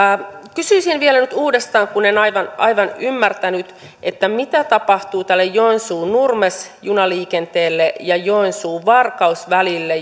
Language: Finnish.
kysyisin vielä nyt uudestaan kun en aivan ymmärtänyt mitä tapahtuu tälle joensuu nurmes junaliikenteelle ja joensuu varkaus välille